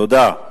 תודה.